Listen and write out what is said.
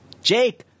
Jake